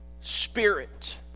Spirit